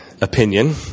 opinion